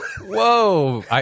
Whoa